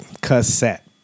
cassette